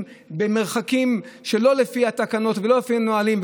במרחקים שלא לפי התקנות ולא לפי הנהלים,